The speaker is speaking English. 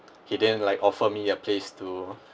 he didn't like offer me a place to